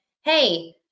hey